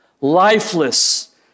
lifeless